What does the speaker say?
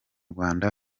rwanda